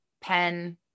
pen